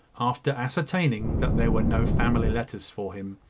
after ascertaining that there were no family letters for him.